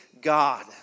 God